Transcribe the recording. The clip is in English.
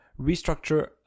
restructure